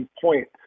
point